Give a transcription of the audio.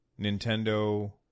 Nintendo